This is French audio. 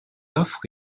offre